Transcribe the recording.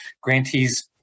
grantees